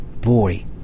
boy